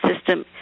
system